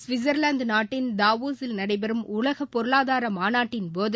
ஸ்விட்ச்லாந்து நாட்டின் டாவோஸில் நடைபெறும் உலக பொருளாதார மாநாட்டின்போது